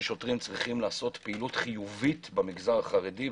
ששוטרים צריכים לעשות פעילות חיובית במגזר החרדי,